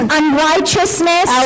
unrighteousness